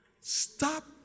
Stop